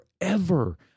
forever